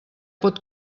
pot